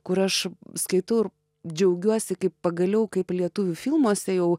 kur aš skaitau ir džiaugiuosi kai pagaliau kaip lietuvių filmuose jau